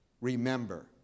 remember